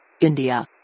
India